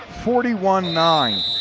forty one nine,